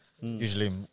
Usually